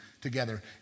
together